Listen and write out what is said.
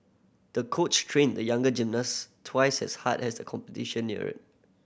the coach trained the young gymnast twice as hard as the competition neared